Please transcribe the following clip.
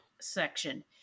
section